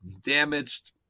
damaged